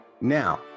Now